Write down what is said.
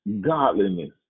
godliness